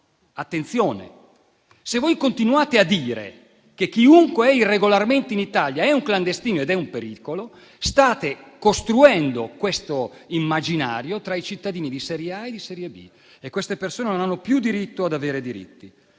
lavorare. Se voi continuate a dire che chiunque è irregolarmente in Italia è un clandestino ed è un pericolo, state costruendo questo immaginario di cittadini di serie A e di serie B e quelle persone non hanno più diritto ad avere diritti.